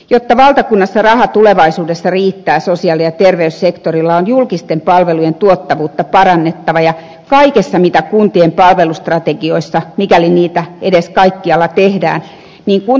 jotta valtakunnassa raha tulevaisuudessa riittää sosiaali ja terveyssektorilla on julkisten palvelujen tuottavuutta parannettava ja kaikessa mitä kuntien palvelustrategioissa on mikäli niitä edes kaikkialla tehdään kuntalaisen hyväksi